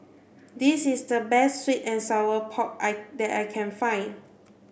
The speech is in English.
this is the best sweet and sour pork I that I can find